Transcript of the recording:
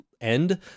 end